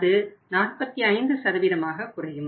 அது 45 ஆக குறையும்